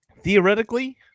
Theoretically